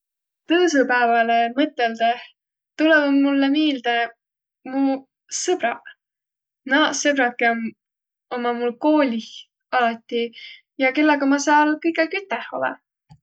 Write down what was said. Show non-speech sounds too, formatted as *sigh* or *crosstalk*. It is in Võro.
Tõõsõpääväle mõtõldõh tulõvaq mullõ miilde muq sõbraq. Naaq sõbraq kiä *hesitation* ommaq mul koolih alati ja kellega ma sääl kõik aig üteh olõ.